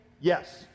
Yes